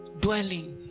dwelling